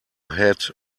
had